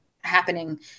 happening